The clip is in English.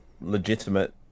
legitimate